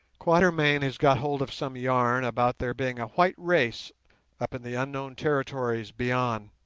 quatermain has got hold of some yarn about there being a white race up in the unknown territories beyond